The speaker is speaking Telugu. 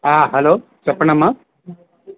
హలో చెప్పండమ్మా